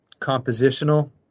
compositional